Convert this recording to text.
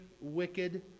wicked